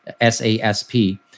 S-A-S-P